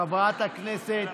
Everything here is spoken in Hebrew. חברת הכנסת,